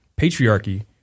patriarchy